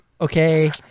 okay